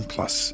Plus